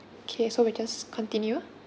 K so we just continue